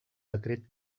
decret